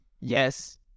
Yes